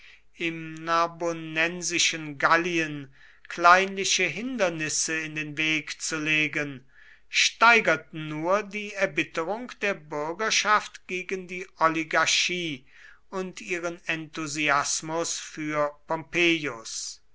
im narbonensischen gallien kleinliche hindernisse in den weg zu legen steigerten nur die erbitterung der bürgerschaft gegen die oligarchie und ihren enthusiasmus für